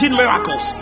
miracles